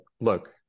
look